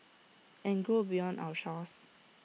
and grow beyond our shores